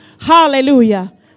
Hallelujah